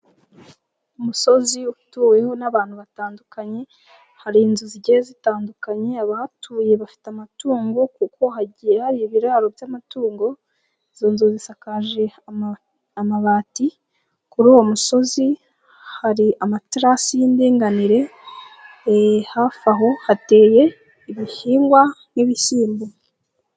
Umusozi utuweho n'abantu batandukanye, hari inzu zigiye zitandukanye. Abahatuye bafite amatungo kuko hagiye hari ibiraro by'amatungo. Izo nzu zisakaje amabati, kuri uwo musozi hari amaterasi y'indinganire. Hafi aho hateye ibihingwa nk'ibishyimbo.